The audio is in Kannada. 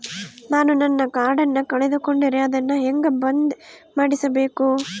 ನಾನು ನನ್ನ ಕಾರ್ಡನ್ನ ಕಳೆದುಕೊಂಡರೆ ಅದನ್ನ ಹೆಂಗ ಬಂದ್ ಮಾಡಿಸಬೇಕು?